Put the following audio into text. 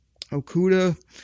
Okuda